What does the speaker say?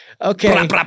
Okay